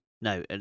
no